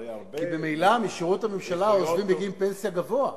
הרי הרבה --- ממילא בשירות הממשלה עוזבים לפנסיה בגיל גבוה.